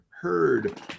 heard